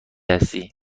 هستی